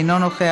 אינו נוכח,